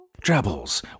Travels